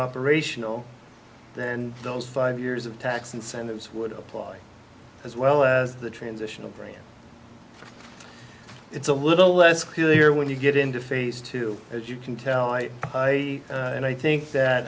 operational then those five years of tax incentives would apply as well as the transitional rate it's a little less clear when you get into phase two as you can tell i i and i think that